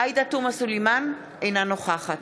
עאידה תומא סלימאן, אינה נוכחת